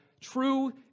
true